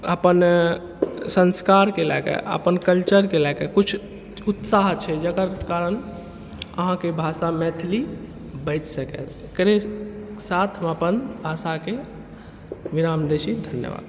अपन संस्कारके लऽ कऽ अपन कल्चरके लऽ कऽ किछु उत्साह छै जकर कारण अहाँके भाषा मैथिली बचि सकै एकरे साथमे अपन आशाके विराम दै छी धन्यवाद